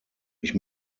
ich